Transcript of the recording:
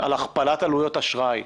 על הכפלת עלויות אשראי,